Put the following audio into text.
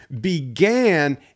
began